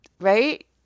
Right